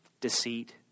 deceit